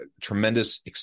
tremendous